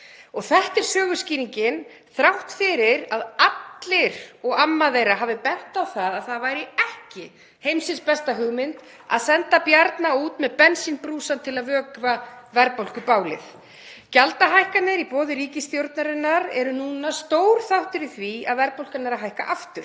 Þetta er söguskýringin þrátt fyrir að allir og amma þeirra hafi bent á að það væri ekki heimsins besta hugmynd að senda Bjarna út með bensínbrúsa til að vökva verðbólgubálið. Gjaldahækkanir í boði ríkisstjórnarinnar eru núna stór þáttur í því að verðbólgan er að hækka aftur.